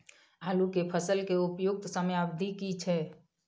आलू के फसल के उपयुक्त समयावधि की छै?